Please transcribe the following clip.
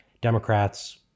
Democrats